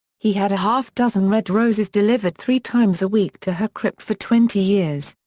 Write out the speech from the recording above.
he had a half-dozen red roses delivered three times a week to her crypt for twenty years.